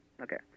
Okay